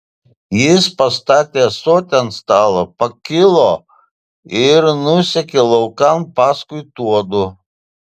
jis pastatė ąsotį ant stalo pakilo ir nusekė laukan paskui tuodu